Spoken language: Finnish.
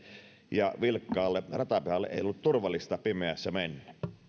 ja vilkkaalle ratapihalle ei ollut turvallista pimeässä mennä